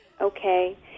Okay